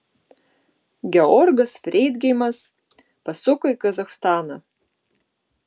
georgas freidgeimas pasuko į kazachstaną